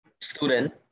student